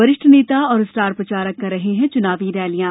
वरिष्ठ नेता और स्टार प्रचारक कर रहे हैं चुनावी रैलियां